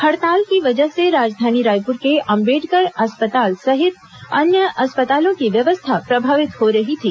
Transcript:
हड़ताल की वजह से राजधानी रायपुर के अंबेडकर अस्पताल सहित अन्य अस्पतालों की व्यवस्था प्रभावित हो रही थी